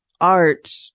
art